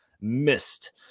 missed